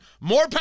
more